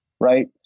right